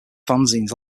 fanzines